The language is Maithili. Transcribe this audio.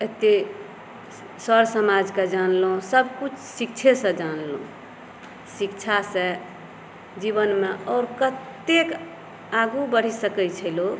एतेक सर समाजके जानलहुँ सबकिछु शिक्षेसँ जानलहुँ शिक्षासँ जीवनमे आओर कतेक आगू बढ़ि सकै छै लोक